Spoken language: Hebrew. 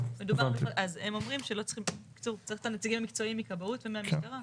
צריך את הנציגים המקצועיים מכבאות ומהמשטרה.